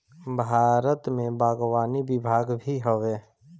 भारत में बागवानी विभाग भी हवे